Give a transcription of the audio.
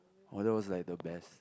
!wah! that was like the best